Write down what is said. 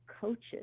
coaches